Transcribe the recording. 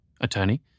Attorney